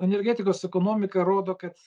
energetikos ekonomika rodo kad